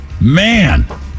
Man